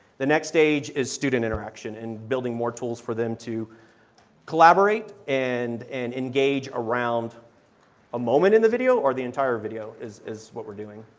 the next stage is student interaction, and building more tools for them to collaborate and and engage around a moment in the video or entire video is is what we are doing.